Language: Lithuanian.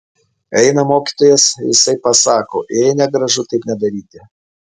eina mokytojas jisai pasako ė negražu taip nedaryti